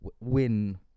win